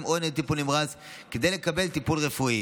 או ניידות טיפול נמרץ כדי לקבל טיפול רפואי,